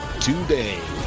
today